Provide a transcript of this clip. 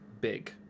big